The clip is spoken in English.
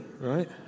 right